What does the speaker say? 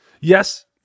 Yes